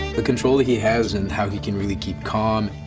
the control that he has and how he can really keep calm,